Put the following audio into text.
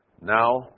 Now